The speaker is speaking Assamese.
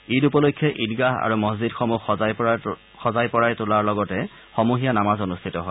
ঈদ উপলক্ষে ঈদগাহ আৰু মছজিদসমূহ সজাই পৰাই তোলাৰ লগতে সমূহীয়া নামাজ অনুষ্ঠিত হয়